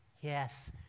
Yes